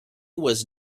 was